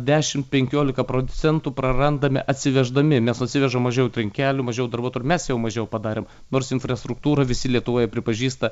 dešimt penkiolika procentų prarandame atsiveždami nes atsivežam mažiau trinkelių mažiau darbuotojų ir mes jau mažiau padarom nors infrastruktūrą visi lietuvoje pripažįsta